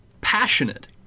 passionate